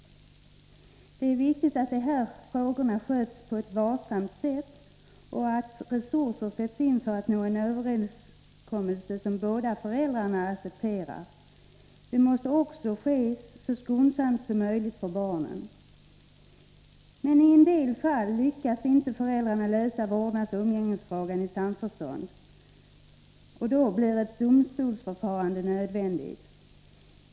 Det är viktigt att de här frågorna sköts på ett varsamt sätt och att resurser sätts in för att nå en överenskommelse som båda föräldrarna accepterar. Det måste också ske så skonsamt som möjligt för barnen. Men i en del fall lyckas inte föräldrarna lösa vårdnadsoch umgängesfrågan i samförstånd, och då blir ett domstolsförfarande nödvändigt.